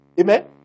Amen